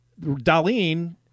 Darlene